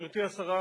גברתי השרה,